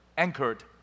anchored